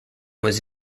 was